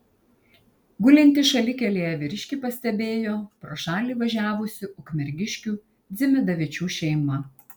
gulintį šalikelėje vyriškį pastebėjo pro šalį važiavusi ukmergiškių dzimidavičių šeima